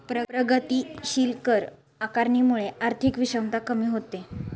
प्रगतीशील कर आकारणीमुळे आर्थिक विषमता कमी होते